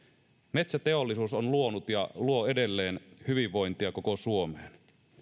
metsäteollisuus on luonut ja luo edelleen hyvinvointia koko suomeen